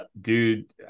Dude